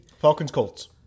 Falcons-Colts